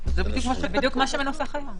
זה מה שאני מנסה להבהיר לך.